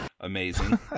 amazing